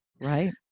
Right